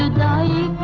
ah die